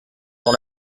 dans